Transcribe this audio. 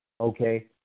Okay